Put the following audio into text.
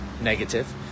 negative